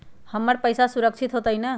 हमर पईसा सुरक्षित होतई न?